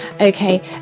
Okay